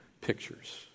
pictures